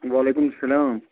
وعلیکُم سَلام